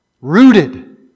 Rooted